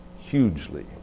hugely